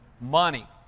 Money